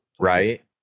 right